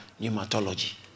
pneumatology